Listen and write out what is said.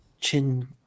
chin